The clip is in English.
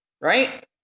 right